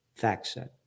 FactSet